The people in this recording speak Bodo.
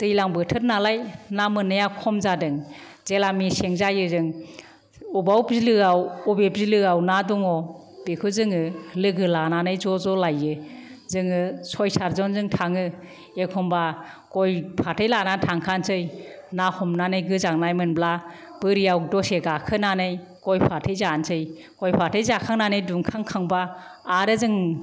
दैज्लां बोथोर नालाय ना मोननाया खम जादों जेब्ला मेसें जायो जों अबाव बिलोआव अबे बिलोआव ना दङ बेखौ जोङो लोगो लानानै ज' ज' लायो जोङो सय सातजनजों थाङो एखनब्ला गय फाथै लानानै थांखानोसै ना हमनानै गोजांनाय मोनब्ला बोरियाव दसे गाखोनानै गय फाथै जानोसै गय फाथै जाखांनानै दुंखांखांबा आरो जों